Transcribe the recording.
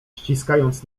ściskając